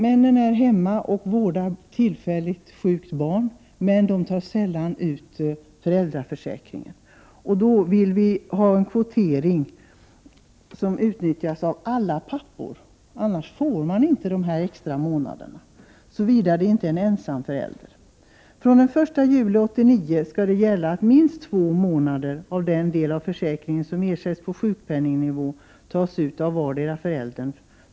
Männen är visserligen hemma och vårdar tillfälligt sjuka barn. De tar emellertid sällan ut något på föräldraförsäkringen. Vi vill ha en kvotering som skall utnyttjas av alla pappor. Annars skall man inte få de här extra månaderna, såvida det inte är fråga om en ensamförälder. fr.o.m. den 1 juli 1989 skall minst två månader av den del av försäkringen som ersätts på sjukpenningnivå tas ut av vardera föräldern.